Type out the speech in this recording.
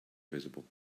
visible